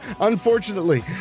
Unfortunately